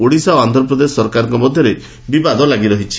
ଓ ଆନ୍ଧ୍ରପ୍ରଦେଶ ସରକାରଙ୍କ ମଧ୍ୟରେ ବିବାଦ ଲାଗି ରହିଛି